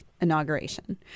inauguration